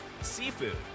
Seafood